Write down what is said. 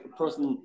person